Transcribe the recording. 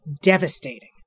devastating